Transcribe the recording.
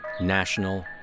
National